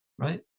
right